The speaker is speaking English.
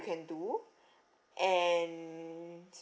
you can do and